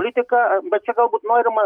politika bet čia galbūt norima